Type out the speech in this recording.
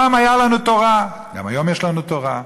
פעם הייתה לנו תורה, גם היום יש לנו תורה,